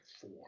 four